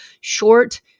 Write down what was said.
short